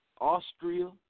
Austria